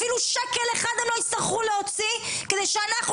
אפילו שקל אחד הן לא יצטרכו להוציא כדי שאנחנו